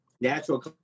Natural